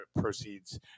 proceeds